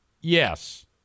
Yes